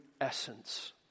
essence